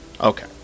Okay